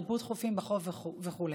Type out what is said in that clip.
ריפוד חופים בחול ועוד.